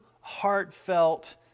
heartfelt